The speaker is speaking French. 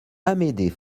amédée